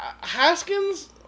Haskins